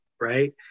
right